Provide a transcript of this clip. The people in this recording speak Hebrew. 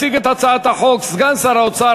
יציג את הצעת החוק סגן שר האוצר,